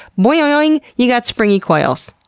boing! you got springy coils.